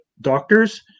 doctors